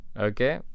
Okay